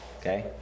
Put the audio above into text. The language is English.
Okay